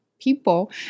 people